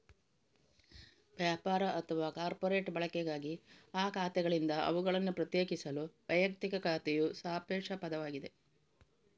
ವ್ಯಾಪಾರ ಅಥವಾ ಕಾರ್ಪೊರೇಟ್ ಬಳಕೆಗಾಗಿ ಆ ಖಾತೆಗಳಿಂದ ಅವುಗಳನ್ನು ಪ್ರತ್ಯೇಕಿಸಲು ವೈಯಕ್ತಿಕ ಖಾತೆಯು ಸಾಪೇಕ್ಷ ಪದವಾಗಿದೆ